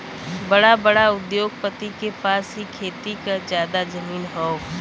बड़ा बड़ा उद्योगपति के पास ही खेती के जादा जमीन हौ